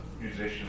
musicians